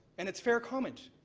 and it's fair comment.